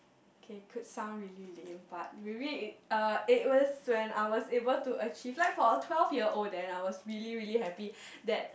K could sound really lame but maybe uh it was when I was able to achieve like for a twelve year old then I was really really happy that